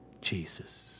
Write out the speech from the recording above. Jesus